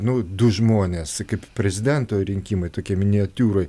nu du žmonės kaip prezidento rinkimai tokia miniatiūroj